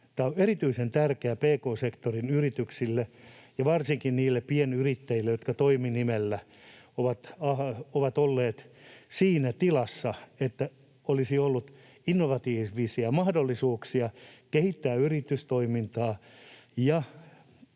Tämä on erityisen tärkeä pk-sektorin yrityksille ja varsinkin niille pienyrittäjille, jotka toiminimellä ovat olleet siinä tilassa, että olisi ollut innovatiivisia mahdollisuuksia kehittää yritystoimintaa